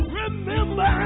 remember